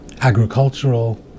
agricultural